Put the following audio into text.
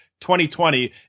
2020